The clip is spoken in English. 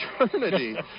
eternity